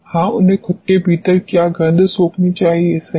हां उन्हें खुद के भीतर क्या गंध सोखनी चाहिए सही